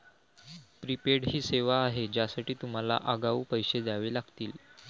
prepaid ही सेवा आहे ज्यासाठी तुम्हाला आगाऊ पैसे द्यावे लागतील